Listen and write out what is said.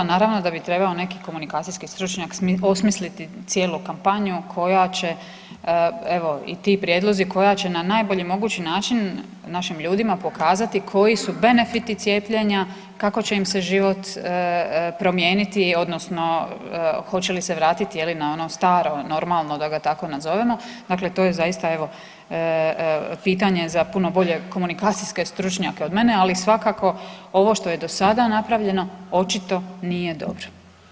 Naravno da bi trebao neki komunikacijski stručnjak osmisliti cijelu kampanju i ti prijedlozi koja će na najbolji mogući način našim ljudima pokazati koji su benefiti cijepljenja, kako će im se život promijeniti odnosno hoće li se vratiti na ono staro normalno da ga tako nazovemo, dakle to je zaista pitanje za puno bolje komunikacijske stručnjake od mene, ali svakako ovo što je do sada napravljeno očito nije dobro.